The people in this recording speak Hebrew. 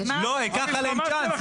לא אקח עליהם צ'אנס.